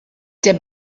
der